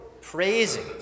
praising